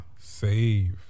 save